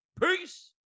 peace